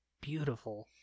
beautiful